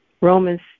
Romans